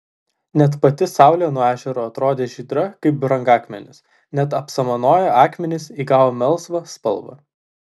net pati saulė nuo ežero atrodė žydra kaip brangakmenis net apsamanoję akmenys įgavo melsvą spalvą